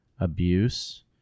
abuse